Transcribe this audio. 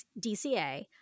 DCA